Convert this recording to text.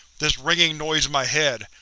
this ringing noise in my head,